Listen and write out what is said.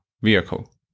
vehicle